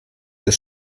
des